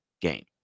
game